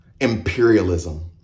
imperialism